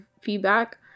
feedback